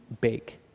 bake